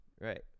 Right